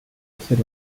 hacer